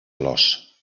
flors